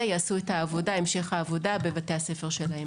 יעשו את המשך העבודה בבתי הספר שלהם.